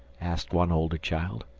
asked one older child.